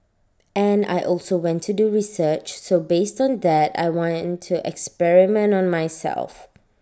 and I also went to do research so based on that I went to experiment on myself